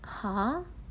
!huh!